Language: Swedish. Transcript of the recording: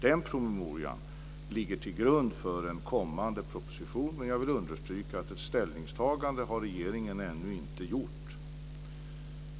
Den promemorian ligger till grund för en kommande proposition, men jag vill understryka att regeringen ännu inte har gjort något ställningstagande.